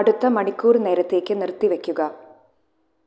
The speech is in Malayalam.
അടുത്ത മണിക്കൂർ നേരത്തേക്ക് നിർത്തിവെക്കുക